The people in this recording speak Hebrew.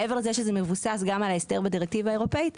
מעבר לזה שזה מבוסס גם על ההסדר בדירקטיבה האירופאית,